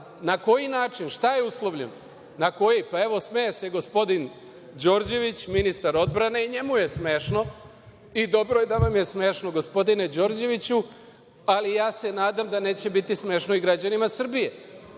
Na koji način, šta je uslovljeno, na koji? Evo, smeje se gospodin Đorđević, ministar odbrane i njemu je smešno i dobro je da vam je smešno, gospodine Đorđeviću, ali ja se nadam da neće biti smešno i građanima Srbije.